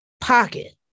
pocket